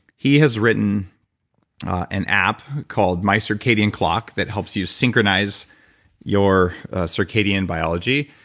he has written an app called mycircadianclock that helps you synchronize your circadian biology,